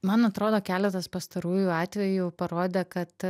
man atrodo keletas pastarųjų atvejų parodė kad